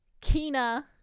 Kina